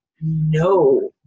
No